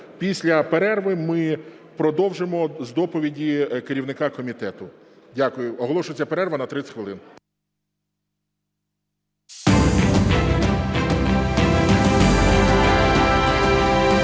Після перерви ми продовжимо з доповіді керівника комітету. Дякую. Оголошується перерва на 30 хвилин.